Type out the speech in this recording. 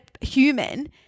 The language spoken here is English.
human